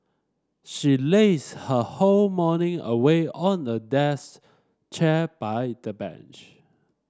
she lazed her whole morning away on a desk chair by the bunch